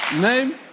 name